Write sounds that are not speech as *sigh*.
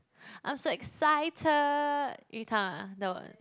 *breath* I'm so excited 鱼汤 ah *noise*